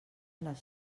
les